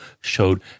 showed